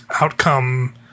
outcome